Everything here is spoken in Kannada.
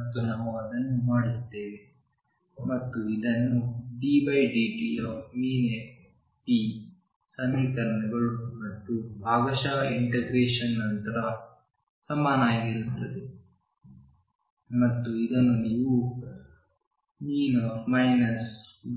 ಮತ್ತು ನಾವು ಅದನ್ನು ಮಾಡುತ್ತೇವೆ ಮತ್ತು ಇದನ್ನು ddt⟨p⟩ ಸಮೀಕರಣಗಳು ಮತ್ತು ಭಾಗಶಃ ಇಂಟಗ್ರೇಶನ್ ನಂತರ ಸಮನಾಗಿರುತ್ತದೆ ಮತ್ತು ನೀವು ಇದನ್ನು